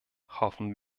hoffen